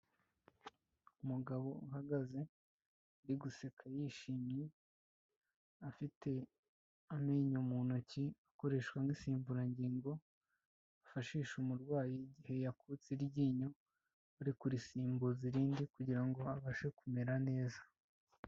Umugabo uhagaze uri guseka yishimye afite amenyo mu ntoki, akoreshwa nk'insimburangingo, bafashisha umurwayi igihe yakutse iryinyo, bari kurisimbuza irindi kugira ngo abashe kumera neza.